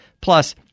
Plus